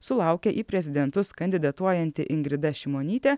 sulaukia į prezidentus kandidatuojanti ingrida šimonytė